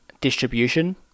distribution